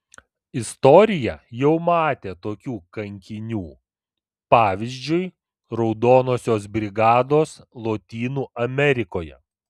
istorija jau matė tokių kankinių pavyzdžiui raudonosios brigados lotynų amerikoje